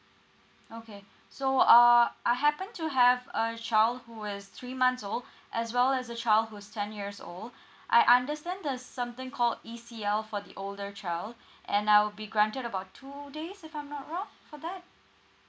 okay so uh I happen to have a child who is three months old as well as a child who's ten years old I understand there's something called E_C_L for the older child and I'll be granted about two days if I'm not wrong for that